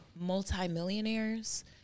multimillionaires